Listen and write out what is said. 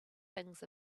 things